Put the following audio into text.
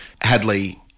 Hadley